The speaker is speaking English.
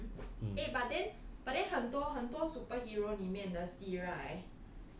mmhmm eh but then 很多 superhero 里面的戏 right